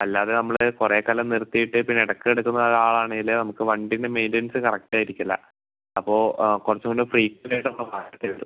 അല്ലാതെ നമ്മള് കുറേ കാലം നിർത്തീട്ട് പിന്നെ എടക്ക് എടുക്കുന്ന ഒരു ആളാണേല് നമക്ക് വണ്ടീൻ്റെ മെയിൻ്റനൻസ് കറക്റ്റ് ആയിരിക്കില്ല അപ്പോൾ ആ കുറച്ച് കൂടെ ഫ്രീക്വൻറ്റ് ആയിട്ട് നമ്മള് മാറ്റേണ്ടി വരു